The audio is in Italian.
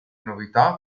novità